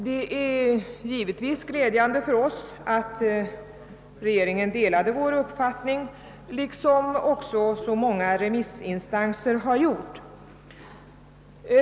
Det är givetvis glädjande för oss att regeringen delat vår uppfattning, vilket också många remissinstanser har gjort.